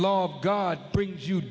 law god brings you